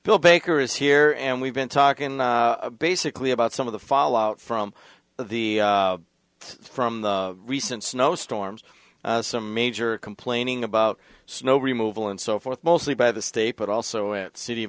bill baker is here and we've been talking basically about some of the fall out from the from the recent snow storms some major complaining about snow removal and so forth mostly by the state but also it city